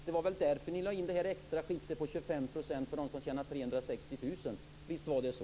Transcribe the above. Det var väl därför ni lade in ett extra skikt på 25 % för dem som tjänar 360 000 kr? Visst var det så?